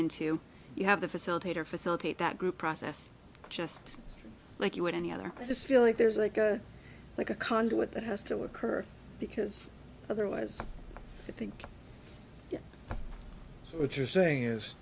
into you have the facilitator facilitate that group process just like you would any other this feel like there's like a like a conduit that has to occur because otherwise i think what you're saying is